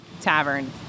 Tavern